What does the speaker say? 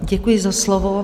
Děkuji za slovo.